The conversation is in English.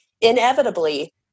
inevitably